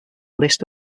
list